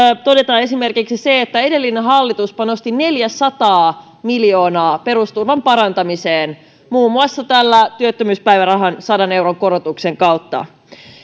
todeta esimerkiksi sen että edellinen hallitus panosti neljäsataa miljoonaa perusturvan parantamiseen muun muassa tämän työttömyyspäivärahan sadan euron korotuksen kautta